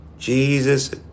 Jesus